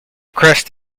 crest